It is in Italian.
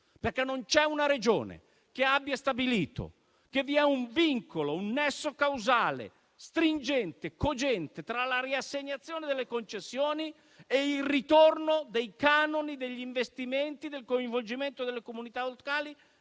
perché non c'è una Regione che abbia stabilito che vi è un vincolo o un nesso causale stringente e cogente tra la riassegnazione delle concessioni e il ritorno dei canoni degli investimenti del coinvolgimento delle comunità locali